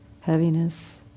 heaviness